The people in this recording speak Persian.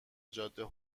جاده